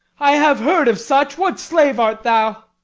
i have heard of such. what slave art thou?